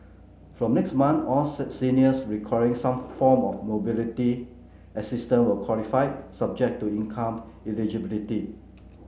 from next month all seniors requiring some form of mobility assistance will qualify subject to income eligibility